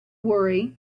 worry